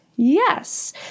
Yes